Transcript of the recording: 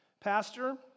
Pastor